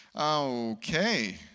Okay